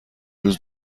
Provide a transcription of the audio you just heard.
روز